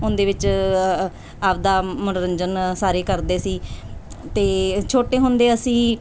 ਉਹਦੇ ਵਿੱਚ ਆਪਦਾ ਮਨੋਰੰਜਨ ਸਾਰੇ ਕਰਦੇ ਸੀ ਅਤੇ ਛੋਟੇ ਹੁੰਦੇ ਅਸੀਂ